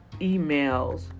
emails